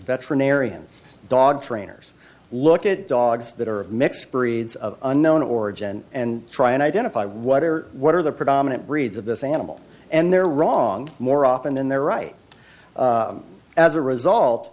veterinarians dog trainers look at dogs that are of mixed breeds of unknown origin and try and identify what are what are the predominant breeds of this animal and they're wrong more often than they're right as a result